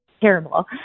terrible